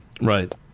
right